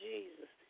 Jesus